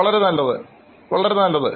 വളരെ നല്ലത്